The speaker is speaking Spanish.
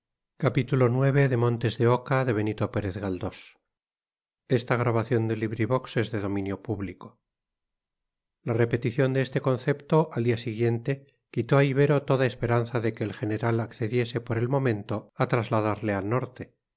madrid la repetición de este concepto al siguiente día quitó a ibero toda esperanza de que el general accediese por el momento a trasladarle al norte